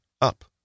up